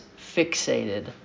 fixated